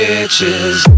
Bitches